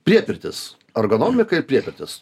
priepirtis ergonomika ir priepirtis